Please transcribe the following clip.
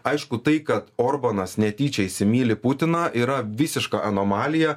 aišku tai kad orbanas netyčia įsimyli putiną yra visiška anomalija